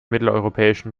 mitteleuropäischen